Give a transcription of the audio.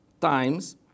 times